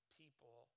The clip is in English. people